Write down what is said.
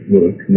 work